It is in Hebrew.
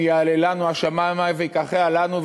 מי יעלה לנו השמימה ויקָחֶהָ לנו,